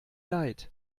leid